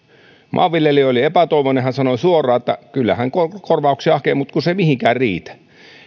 maanviljelijä oli epätoivoinen hän sanoi suoraan että kyllä hän korvauksia hakee mutta kun se ei mihinkään riitä